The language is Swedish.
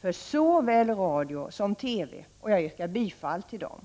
för såväl radio som TV, och jag yrkar bifall till dem.